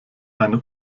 eine